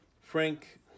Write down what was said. Frank